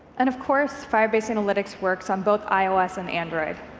and of course firebase analytics works on both ios and android.